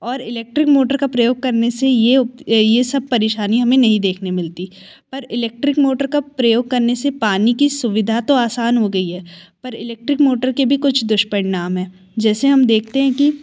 और electric motor का प्रयोग करने से ये ये सब परेशानी हमें नहीं देखने मिलती पर इलेक्ट्रिक मोटर का प्रयोग करने से पानी की सुविधा तो आसान हो गई है पर इलेक्ट्रिक मोटर के भी कुछ दुष्परिणाम हैं जैसे हम देखते हैं कि